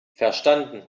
verstanden